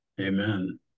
Amen